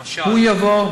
למשל, הוא יבוא.